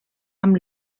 amb